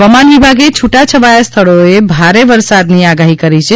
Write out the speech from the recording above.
હવામાન વિભાગે છૂટાછવાયાં સ્થળોએ ભારે વરસાદની આગાહી કરી છે